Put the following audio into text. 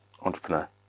entrepreneur